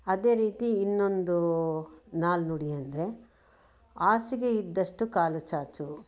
ಅದೇ ರೀತಿ ಇನ್ನೊಂದು ನಾಣ್ಣುಡಿ ಅಂದರೆ ಹಾಸಿಗೆ ಇದ್ದಷ್ಟು ಕಾಲು ಚಾಚು